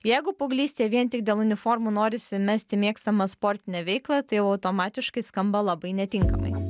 jeigu paauglystėje vien tik dėl uniformų norisi mesti mėgstamą sportinę veiklą tai jau automatiškai skamba labai netinkamai